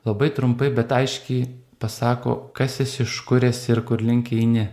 labai trumpai bet aiškiai pasako kas esi iš kur esi ir kurlink eini